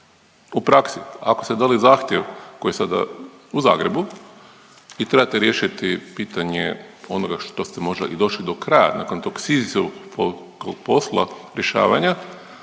U praksi ako ste dali zahtjev koji je sada u Zagrebu i trebate riješiti pitanje onoga što ste možda i došli do kraja nakon tog Sizifovog posla rješavanja